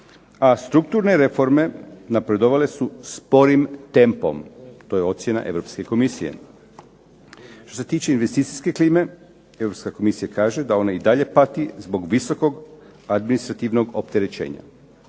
a strukturne reforme napredovale su sporim tempom, to je ocjena Europske Komisije. Što se tiče investicijske klime, Europska Komisija kaže da ona i dalje pati zbog visokog administrativnog opterećenja.